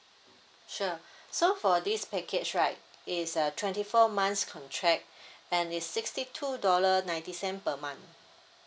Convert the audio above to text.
sure so for this package right it's uh twenty four months contract and it's sixty two dollar ninety cent per month